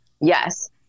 Yes